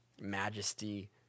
majesty